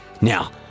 Now